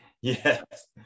Yes